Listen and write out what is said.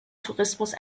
tourismus